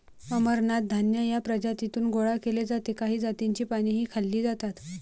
अमरनाथ धान्य या प्रजातीतून गोळा केले जाते काही जातींची पानेही खाल्ली जातात